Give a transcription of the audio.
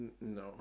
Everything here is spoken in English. No